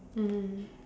mmhmm